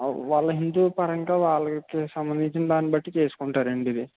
వాళ్ళ హిందూ పరంగా వాళ్ళకి సంబందించిన దాన్ని బట్టి చేసుకుంటారండిది